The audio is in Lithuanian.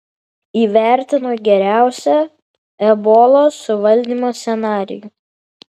įvertino geriausią ebolos suvaldymo scenarijų